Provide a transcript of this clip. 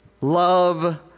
love